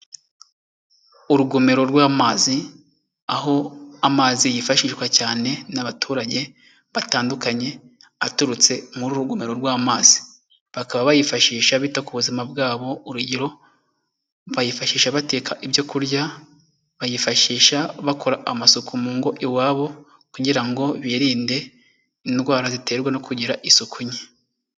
Urugomero rw'amazi aho amazi yifashishwa cyane n'abaturage batandukanye aturutse muri uru rugomero rw'amazi. Bakaba bayifashisha bita ku buzima bwabo. Urugero bayifashisha bateka ibyokurya, bayifashisha bakora amasuku mu ngo iwabo kugira ngo birinde indwara ziterwa no kugira isuku nke.